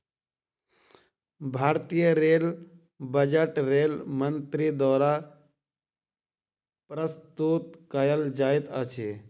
भारतीय rail budget rail मंत्री द्वारा प्रस्तुत कयल जाइत अछि